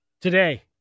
today